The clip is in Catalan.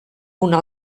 una